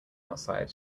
outside